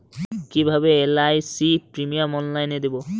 কিভাবে এল.আই.সি প্রিমিয়াম অনলাইনে দেবো?